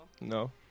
No